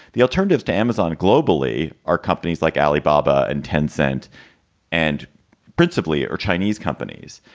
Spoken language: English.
the alternatives to amazon globally are companies like alibaba and tencent and principally or chinese companies.